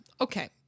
Okay